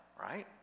right